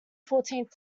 fourteenth